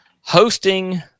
hosting